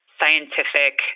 scientific